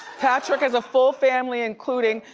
patrick has a full family, including,